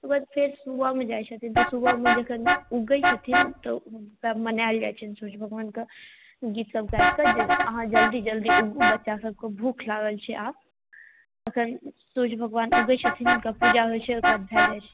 ओइके बाद फेर सुबहमे जाइ छथिन तऽ सुबहमे जखन उगै छथिन तऽ हुनका मनायल जाइ छनि सूर्य भगवानके गीत सभ गाबिकऽ जे अहाँ जल्दी जल्दी उगू बच्चा सभके भूख लागल छै आब तखन सूर्य भगवान उगै छथिन हुनका पूजा होइ छै ओइके बाद भए जाइ छै